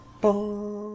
boom